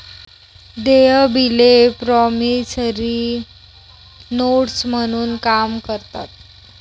देय बिले promissory notes म्हणून काम करतात